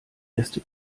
beste